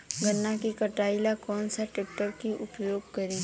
गन्ना के कटाई ला कौन सा ट्रैकटर के उपयोग करी?